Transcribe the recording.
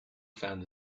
found